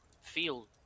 feel